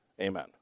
Amen